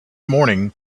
morning